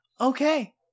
Okay